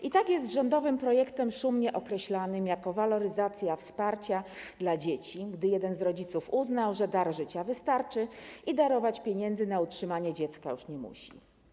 I tak jest z rządowym projektem szumnie określanym jako waloryzacja wsparcia dla dzieci, gdy jeden z rodziców uznał, że dar życia wystarczy i darować pieniędzy na utrzymanie dziecka już nie musi.